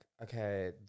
okay